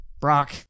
Brock